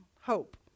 hope